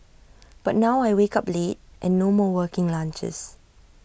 but now I wake up late and no more working lunches